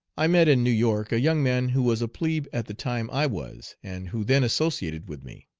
i met in new york a young man who was a plebe at the time i was, and who then associated with me.